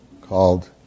called